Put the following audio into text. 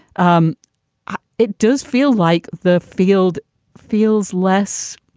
um it does feel like the field feels less.